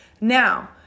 Now